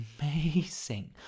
amazing